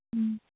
ꯎꯝ